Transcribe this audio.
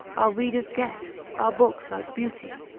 our readers guests, our books like beauty,